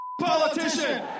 politician